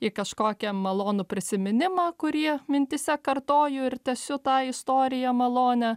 į kažkokią malonų prisiminimą kurį mintyse kartoju ir tęsiu tą istoriją malonią